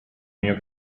mio